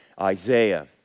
Isaiah